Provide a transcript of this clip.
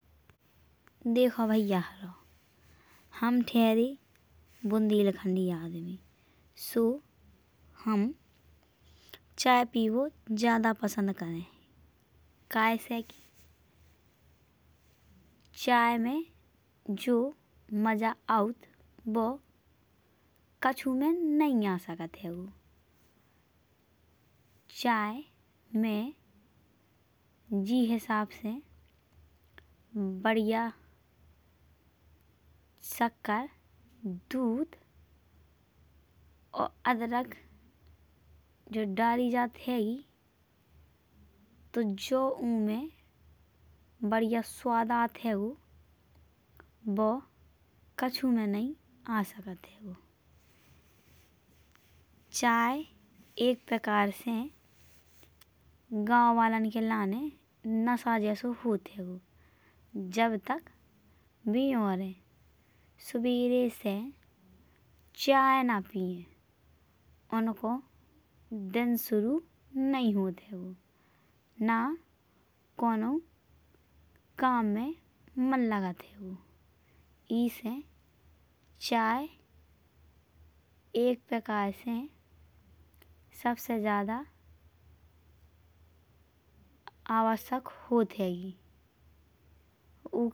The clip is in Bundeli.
देखो भइया हरो हम ठहरे बुंदेलखंडी आदमी सो हम चाय पीबो ज्यादा पसंद करै हैं। कहे से कि चाय में जो मजा आउत वो कछु में नहीं आ सकत हैइंगो। चाय में जे हिसाब से बढ़िया सक्कर दूध और अदरक डाली जात हैइंगी। जो उमे बढ़िया स्वाद आत हैइंगो। बो कछु में नहीं आ सकत हैइंगो। चाय एक प्रकार से गांव वालेन के लाने एक नशा जेसो होत हैइंगो। जब तक वऊरे सुबेरे से चाय ना पीये उन्को दिन सुरु नई होत हैइंगो। ना कउनो काम में मन लगत हैइंगो। एसे चाय एक प्रकार से सबसे ज्यादा आवश्यक होत हैइंगी।